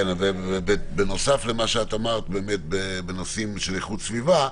כן, ובנוסף למה שאת אמרת בנושאים של איכות סביבה,